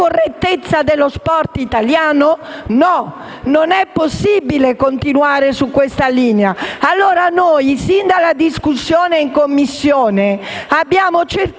correttezza dello sport italiano? No. Non è possibile continuare su questa linea. Sin dal dibattito in Commissione abbiamo cercato